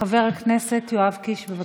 חבר הכנסת יואב קיש, בבקשה.